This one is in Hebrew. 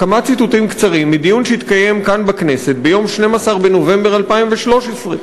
כמה ציטוטים קצרים מדיון שהתקיים כאן בכנסת ביום 12 בנובמבר 2013,